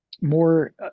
more